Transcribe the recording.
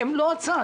הם לא הצד.